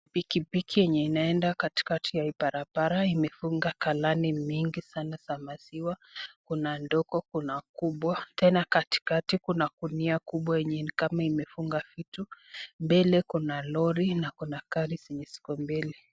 Pikipiki yenye inaenda katikati ya hii barabara imefunga galoni mingi sana za maziwa. Kuna ndogo, kuna kubwa. Tena katikati kuna gunia kubwa yenye ni kama imefunga vitu. Mbele kuna lori na kuna gari zenye ziko mbele.